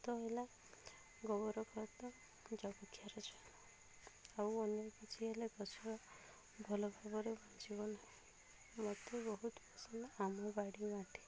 ଖତ ହେଲା ଗୋବର ଖତ ଆଉ ଅନ୍ୟ କିଛି ହେଲେ ଗଛ ଭଲ ଭାବରେ ବଞ୍ଚିବ ନାହିଁ ମୋତେ ବହୁତ ପସନ୍ଦ ଆମ ବାଡ଼ି ମାଟି